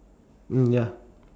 mm ya